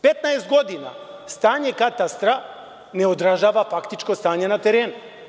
Petnaest godina stanje katastra ne odražava faktičko stanje na terenu.